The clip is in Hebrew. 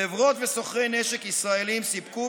חברות וסוחרי נשק ישראליים סיפקו,